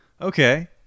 Okay